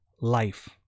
life